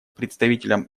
представителем